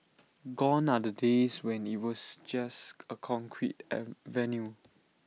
gone are the days when IT was just A concrete an venue